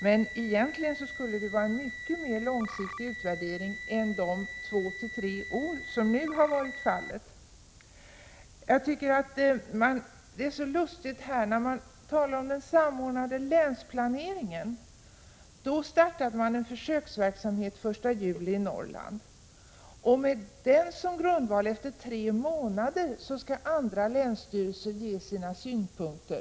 Men egentligen borde som sagt utvärderingen ske under en mycket längre period än de två tre år som nu har varit fallet. När det gäller den samordnade länsförvaltningen startades den 1 juli en försöksverksamhet i Norrland. Efter tre månader skulle andra länsstyrelser på grundval av denna försöksverksamhet ge sina synpunkter.